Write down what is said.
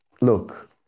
look